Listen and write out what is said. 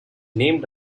named